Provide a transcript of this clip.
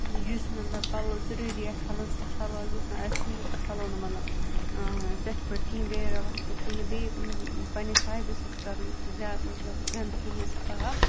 یُس مطلب پَلو ضٔروٗری آسہِ چھَلُن سُہ تہِ چھَلو یُس نہٕ آسہِ کِہیٖنۍ سُہ چھَلو نہٕ مطلب تٔتھۍ پٲٹھۍ کِہیٖنۍ بیٚیہِ اگر وقتہٕ کِہیٖنۍ بیٚیہِ پنٛنہِ صابہِ سۭتۍ کَرو نہٕ سُہ زیادٕ مطلب گَںٛدٕ کِہیٖنۍ سُہ آب